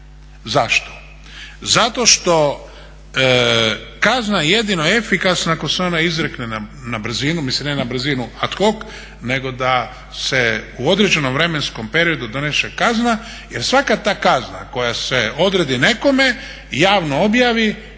Zašto? Zato što kazna je jedino efikasna ako se onda izrekne na brzinu, mislim ne na brzinu ad hoc nego da se u određenom vremenskom periodu donese kazna jer svaka ta kazna koja se odredi nekome, javno objavi,